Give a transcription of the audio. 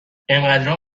انقدرام